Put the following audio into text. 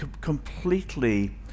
completely